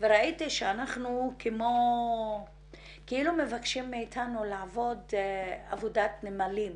וראיתי שכאילו מבקשים מאיתנו לעבוד עבודת נמלים,